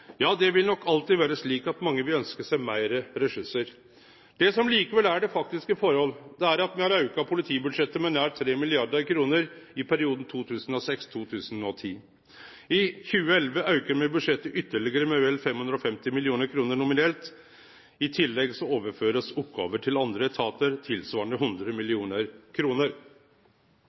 Ja, det vil nok alltid vere slik at mange vil ønskje seg meir ressursar. Det som likevel er dei faktiske forholda, er at me har auka politibudsjettet med nær 3 mrd. kr i perioden 2006–2010. I 2011 aukar me budsjettet ytterlegare med vel 550 mill. kr nominelt. I tillegg blir oppgåver overførte til andre etatar tilsvarande 100